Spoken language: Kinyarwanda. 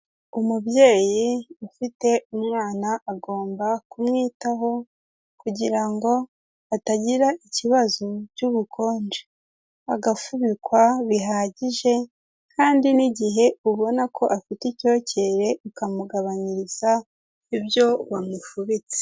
Umubyeyi ufite umwana agomba kumwitaho kugira ngo atagira ikibazo cy'ubukonje, agafubikwa bihagije kandi n'igihe ubona ko afite icyokere ukamugabanyiriza ibyo wakubitse.